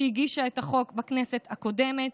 שהגישה את החוק בכנסת הקודמת,